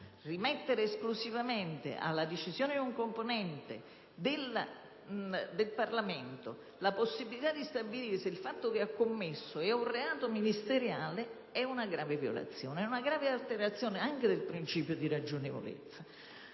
Rimettere esclusivamente alla decisione di un componente del Parlamento la possibilità di stabilire se il fatto che ha commesso è un reato ministeriale è una grave violazione ed è una grave alterazione del principio di ragionevolezza.